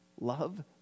love